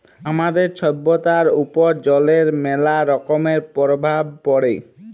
আমাদের ছভ্যতার উপর জলের ম্যালা রকমের পরভাব পড়ে